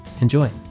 enjoy